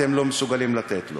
אתם לא מסוגלים לתת לו.